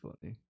funny